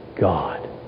God